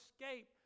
escape